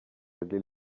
régler